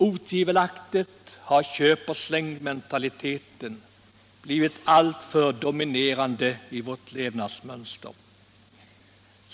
Otvivelaktigt har köp-och-släng-mentaliteten blivit alltför dominerande i vårt levnadsmönster.